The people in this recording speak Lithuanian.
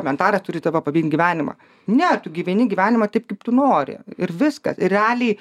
komentaras turi tavo paveikt gyvenimą ne tu gyveni gyvenimą taip kaip tu nori ir viskas realiai